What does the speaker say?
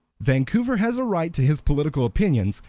vancouver has a right to his political opinions,